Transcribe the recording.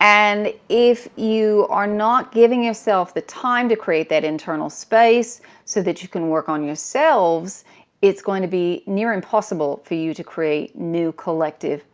and iif you are not giving yourself the time to create that internal space so that you can work on yourselves it's going to be near impossible for you to create new collective